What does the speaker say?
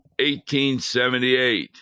1878